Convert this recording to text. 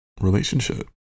relationship